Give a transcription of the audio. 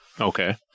okay